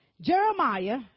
Jeremiah